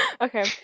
Okay